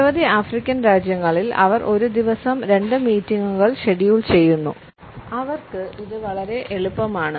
നിരവധി ആഫ്രിക്കൻ രാജ്യങ്ങളിൽ അവർ ഒരു ദിവസം രണ്ട് മീറ്റിംഗുകൾ ഷെഡ്യൂൾ ചെയ്യുന്നു അവർക്ക് ഇത് വളരെ എളുപ്പമാണ്